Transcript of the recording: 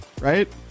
right